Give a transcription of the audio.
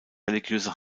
religiöse